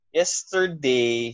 yesterday